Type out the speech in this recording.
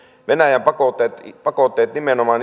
venäjän pakotteet pakotteet nimenomaan